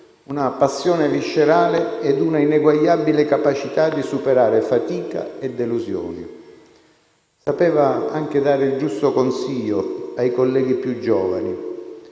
una passione viscerale e una ineguagliabile capacità di superare fatica e delusioni. Sapeva anche dare il giusto consiglio ai colleghi più giovani;